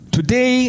Today